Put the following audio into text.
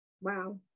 wow